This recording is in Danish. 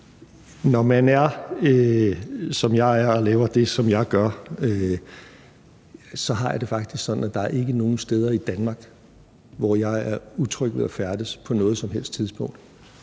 Når man er, som jeg er, og laver det, som jeg gør, så har jeg det faktisk sådan, at der ikke er nogen steder i Danmark, hvor jeg er utryg ved at færdes på noget som helst tidspunkt.